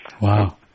Wow